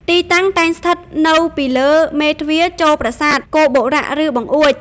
ទីតាំង តែងស្ថិតនៅពីលើមេទ្វារចូលប្រាសាទ គោបុរៈ ឬបង្អួច។